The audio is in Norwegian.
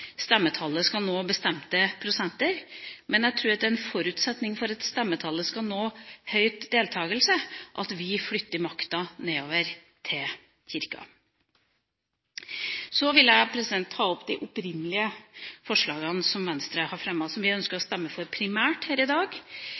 er en forutsetning for at stemmetallet skal nå høy deltakelse, at vi flytter makta nedover til Kirka. Jeg vil ta opp de opprinnelige forslagene som Venstre har fremmet, som vi primært ønsker å stemme for her i dag,